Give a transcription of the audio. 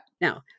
Now